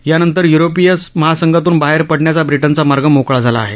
यानंतर युरोपीय महासंघातून बाहेर पडण्याचा ब्रिटनचा मार्ग मोकळा झाला आहे